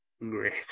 great